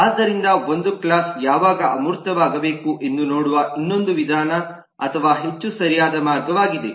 ಆದ್ದರಿಂದ ಒಂದು ಕ್ಲಾಸ್ ಯಾವಾಗ ಅಮೂರ್ತವಾಗಬೇಕು ಎಂದು ನೋಡುವ ಇನ್ನೊಂದು ವಿಧಾನ ಅಥವಾ ಹೆಚ್ಚು ಸರಿಯಾದ ಮಾರ್ಗವಾಗಿದೆ